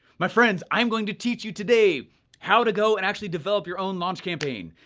my friends, i am going to teach you today how to go and actually develop your own launch campaign.